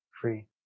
free